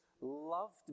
loved